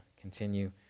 continue